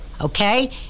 okay